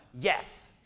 yes